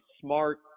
smart